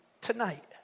tonight